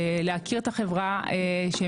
להכיר את החברה החרדית.